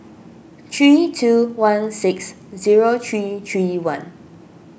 three two one six zero three three one